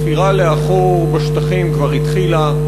הספירה לאחור בשטחים כבר התחילה.